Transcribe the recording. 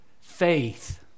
faith